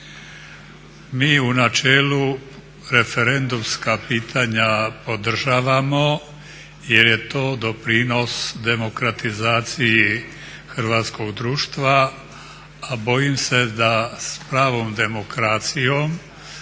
Mi u načelu referendumska pitanja podržavamo jer je to doprinos demokratizaciji hrvatskog društva a bojim se da s pravom demokracijom